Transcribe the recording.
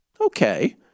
Okay